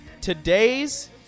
Today's